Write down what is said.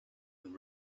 and